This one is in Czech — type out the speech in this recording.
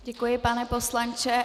Děkuji, pane poslanče.